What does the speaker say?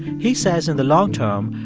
he says, in the long term,